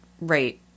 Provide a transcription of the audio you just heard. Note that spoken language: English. right